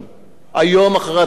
היום אחר-הצהריים אני שם.